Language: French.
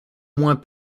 moins